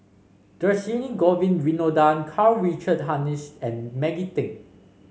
Dhershini Govin Winodan Karl Richard Hanitsch and Maggie Teng